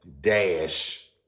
Dash